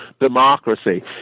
democracy